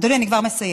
אדוני, אני כבר מסיימת.